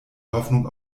hoffnung